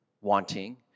wanting